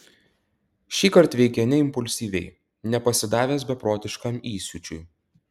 šįkart veikė ne impulsyviai ne pasidavęs beprotiškam įsiūčiui